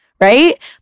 right